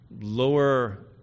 lower